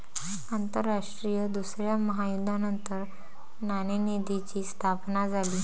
आंतरराष्ट्रीय दुसऱ्या महायुद्धानंतर नाणेनिधीची स्थापना झाली